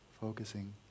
Focusing